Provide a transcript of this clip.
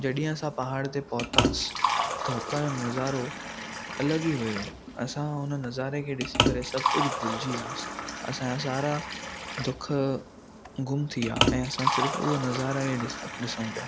जॾहिं असां पहाड़ ते पहुतासीं त उतां जो नज़ारो अलॻि ई हुयो असां हुन नज़ारे खे ॾिसी करे सभु कुझु भुलजी वियासीं असां जा सारा दुख गुम थी विया ऐं असां सिर्फ़ उहे नज़ारा ई ॾिसऊं पया